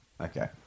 Okay